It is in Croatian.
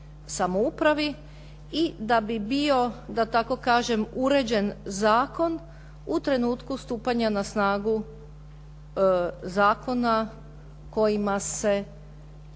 i da bi bio da tako kažem uređen zakon u trenutku stupanja na snagu zakona kojima se